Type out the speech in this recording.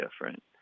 different